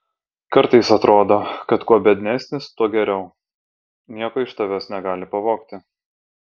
kartais atrodo kad kuo biednesnis tuo geriau nieko iš tavęs negali pavogti